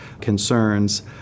concerns